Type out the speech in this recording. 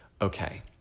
okay